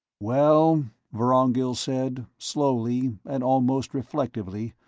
well, vorongil said, slowly and almost reflectively,